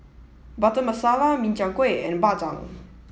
Butter Masala Min Chiang Kueh and Bak Chang